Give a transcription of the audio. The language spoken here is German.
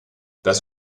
das